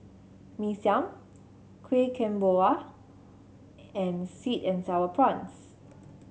Mee Siam Kueh Kemboja and sweet and sour prawns